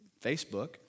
Facebook